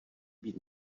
být